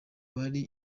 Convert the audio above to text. bari